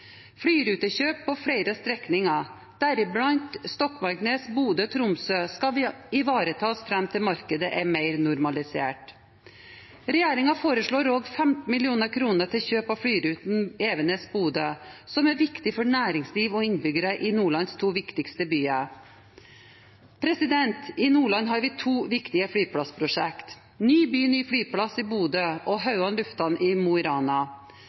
Flyrutekjøp på flere strekninger, deriblant Stokmarknes–Bodø–Tromsø, skal ivaretas fram til markedet er mer normalisert. Regjeringen foreslår også 15 mill. kr til kjøp av flyruten Evenes–Bodø, som er viktig for næringsliv og innbyggere i Nordlands to viktigste byer. I Nordland har vi to viktige flyplassprosjekt: ny flyplass i Bodø og Hauan lufthavn i Mo i Rana.